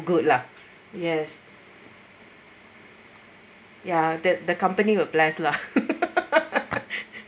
good lah yes ya that the company will bless lah